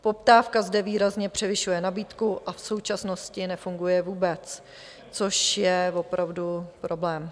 Poptávka zde výrazně převyšuje nabídku a v současnosti nefunguje vůbec, což je opravdu problém.